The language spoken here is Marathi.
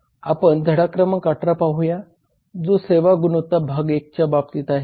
आपण धडा क्रमांक 18 पाहूया जो सेवा गुणवत्ता भाग 2 च्या बाबतीत आहे